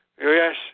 yes